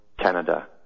Canada